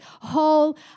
whole